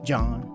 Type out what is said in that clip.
John